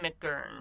McGurn